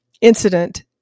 incident